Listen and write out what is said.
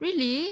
really